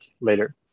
later